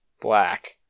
black